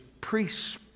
priests